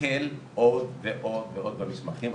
להקל עוד ועוד במסמכים.